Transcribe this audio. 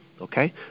okay